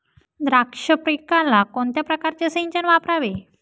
द्राक्ष पिकाला कोणत्या प्रकारचे सिंचन वापरावे?